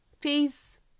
Peace